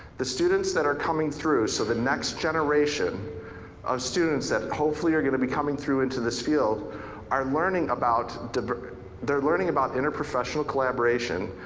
the students that are coming through, so the next generation of students that hopefully are gonna be coming through into this field are learning about, they're learning about interprofessional collaboration.